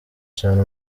cane